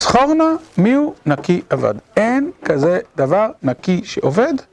זכור נא מי הוא נקי עבד, אין כזה דבר נקי שעובד